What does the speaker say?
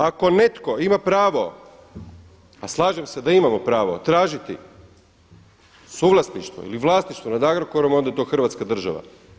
Ako netko ima pravo, a slažem se da imamo pravo tražiti suvlasništvo ili vlasništvo nad Agrokorom onda je to Hrvatska država.